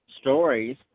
stories